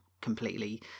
completely